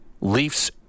Leafs